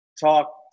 talk